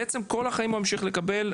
בעצם כל החיים ממשיך לקבל,